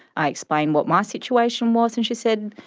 i explained what my situation was and she said,